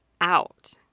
out